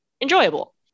enjoyable